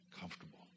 comfortable